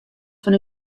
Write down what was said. fan